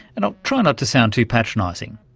and i'll try not to sound too patronising.